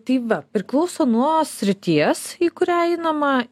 tai va priklauso nuo srities į kurią einama